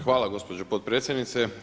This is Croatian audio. Hvala gospođo potpredsjednice.